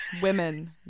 Women